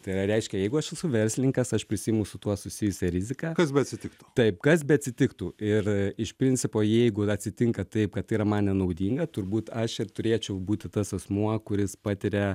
tai yra reiškia jeigu aš esu verslininkas aš prisiimu su tuo susijusią riziką kas beatsitiktų taip kas beatsitiktų ir iš principo jeigu atsitinka taip kad tai yra man nenaudinga turbūt aš ir turėčiau būti tas asmuo kuris patiria